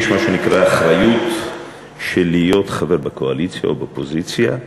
יש מה שנקרא אחריות של להיות חבר בקואליציה או באופוזיציה,